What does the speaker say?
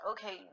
Okay